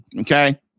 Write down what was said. Okay